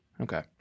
Okay